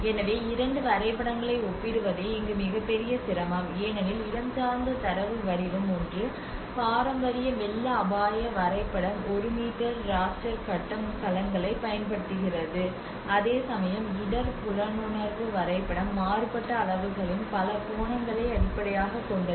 எனவே இரண்டு வரைபடங்களை ஒப்பிடுவதே இங்கு மிகப்பெரிய சிரமம் ஏனெனில் இடஞ்சார்ந்த தரவு வடிவம் ஒன்று பாரம்பரிய வெள்ள அபாய வரைபடம் ஒரு மீட்டர் ராஸ்டர் கட்டம் கலங்களைப் பயன்படுத்துகிறது அதேசமயம் இடர் புலனுணர்வு வரைபடம் மாறுபட்ட அளவுகளின் பலகோணங்களை அடிப்படையாகக் கொண்டது